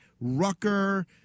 Rucker